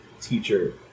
teacher